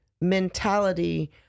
mentality